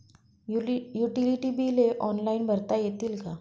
Utility बिले online भरता येतील का?